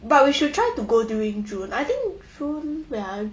but we should try to go during june I think june wait ah